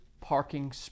parking